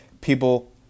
People